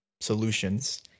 solutions